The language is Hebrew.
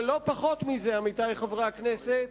אבל לא פחות מזה, עמיתי חברי הכנסת,